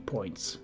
Points